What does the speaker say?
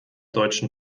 deutschen